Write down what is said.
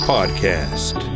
Podcast